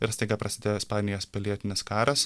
ir staiga prasidėjo ispanijos pilietinis karas